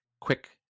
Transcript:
quick